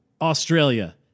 Australia